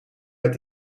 met